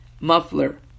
muffler